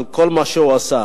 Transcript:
על כל מה שהוא עשה.